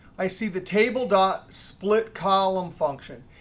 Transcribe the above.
i see the table dot split column function.